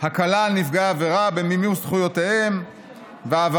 הקלה על נפגעי עבירה במימוש זכויותיהם והעברת